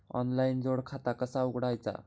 Online जोड खाता कसा उघडायचा?